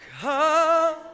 come